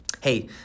Hey